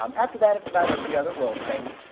um after that it's about every other oil change.